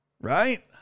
Right